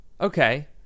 Okay